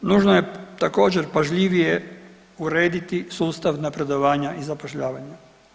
Nužno je također pažljivije urediti sustav napredovanja i zapošljavanja.